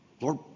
Lord